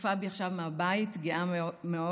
שצופה בי עכשיו מהבית, גאה מאוד.